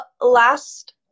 last